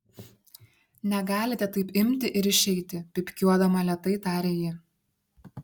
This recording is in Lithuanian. negalite taip imti ir išeiti pypkiuodama lėtai tarė ji